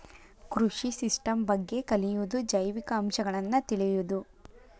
ಕೃಷಿ ಸಿಸ್ಟಮ್ ಬಗ್ಗೆ ಕಲಿಯುದು ಜೈವಿಕ ಅಂಶಗಳನ್ನ ತಿಳಿಯುದು